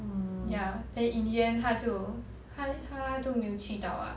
ya then in the end 他就他他就没有去到 ah